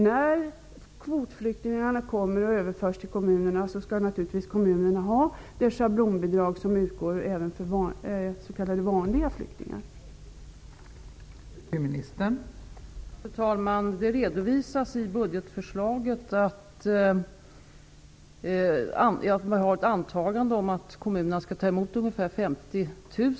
När kvotflyktingarna överförs till kommunerna skall kommunerna naturligtvis ha det schablonbidrag som utgår för s.k. vanliga flyktingar. Så har det alltid varit.